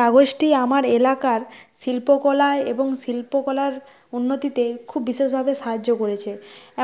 কাগজটি আমার এলাকার শিল্পকলায় এবং শিল্পকলার উন্নতিতে খুব বিশেষভাবে সাহায্য করেছে